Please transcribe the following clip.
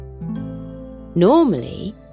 Normally